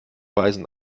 weisen